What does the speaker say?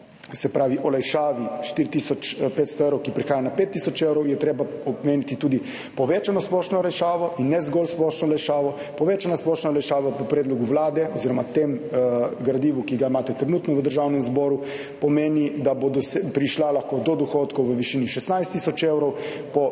se pravi olajšavi 4 tisoč 500 evrov, ki prihaja na 5 tisoč evrov je treba omeniti tudi povečano splošno olajšavo in ne zgolj splošno olajšavo. Povečana splošna olajšava po predlogu Vlade oziroma tem gradivu, ki ga imate trenutno v Državnem zboru, pomeni, da bodo prišla lahko do dohodkov v višini 16 tisoč evrov,